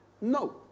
No